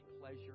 pleasure